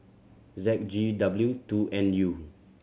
Z G W two N U